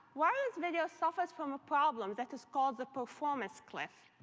wireless video suffers from a problem that is called the performance cliff.